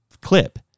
clip